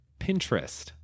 Pinterest